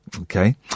okay